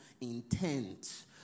intent